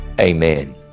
amen